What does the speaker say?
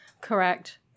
Correct